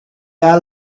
all